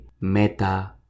Meta